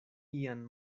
ian